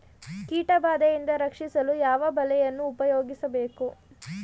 ಕೀಟಬಾದೆಯಿಂದ ರಕ್ಷಿಸಲು ಯಾವ ಬಲೆಯನ್ನು ಉಪಯೋಗಿಸಬೇಕು?